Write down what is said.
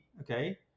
okay